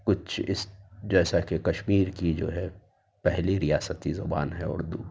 کچھ اس جیسا کہ کشمیر کی جو ہے پہلی ریاستی زبان ہے اردو